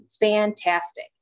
fantastic